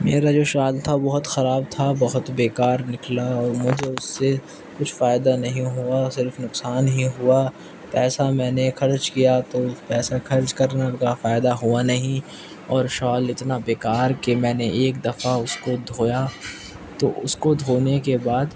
میرا جو شال تھا وہ بہت خراب تھا بہت بیکار نکلا اور مجھے اس سے کچھ فائدہ نہیں ہوا صرف نقصان ہی ہوا پیسہ میں نے خرچ کیا تو پیسہ خرچ کرنے کا فائدہ ہوا نہیں اور شال اتنا بیکار کہ میں نے ایک دفعہ اس کو دھویا تو اس کو دھونے کے بعد